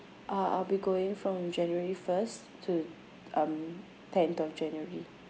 uh I'll be going from january first to um tenth of january